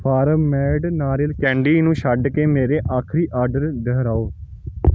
farm made ਨਾਰੀਅਲ candy ਨੂੰ ਛੱਡ ਕੇ ਮੇਰੇ ਆਖਰੀ ਆਰਡਰ ਦੁਹਰਾਓ